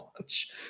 launch